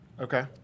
Okay